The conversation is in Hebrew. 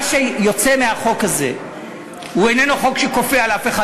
שיוצא מהחוק הזה איננו חוק שכופה דבר על אף אחד,